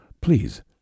please